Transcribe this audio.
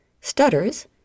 Stutters